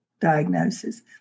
diagnosis